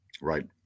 Right